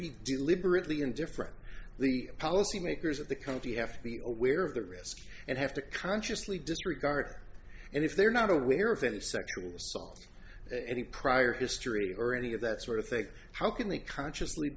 be deliberately indifferent the policy makers at the county have the old where of the risk and have to consciously disregard and if they're not aware of any sexual assault in any prior history or any of that sort of thing how can they consciously